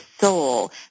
soul